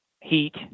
heat